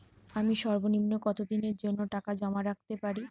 আমি সর্বনিম্ন কতদিনের জন্য টাকা জমা রাখতে পারি?